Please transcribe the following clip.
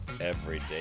Everyday